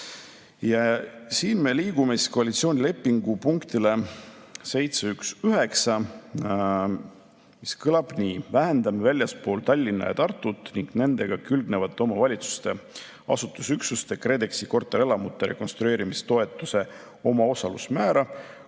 Nüüd me liigume koalitsioonilepingu punkti 7.1.9 juurde, mis kõlab nii: "Vähendame väljaspool Tallinna ja Tartut ning nendega külgnevate omavalitsuste asustusüksuste KredExi korterelamute rekonstrueerimistoetuse omaosalusmäära